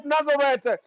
Nazareth